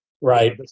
Right